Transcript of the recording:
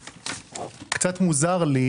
קצת מוזר לי